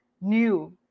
new